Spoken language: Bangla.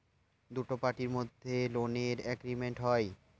দুটো পার্টির মধ্যে লোনের এগ্রিমেন্ট হয়